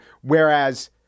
whereas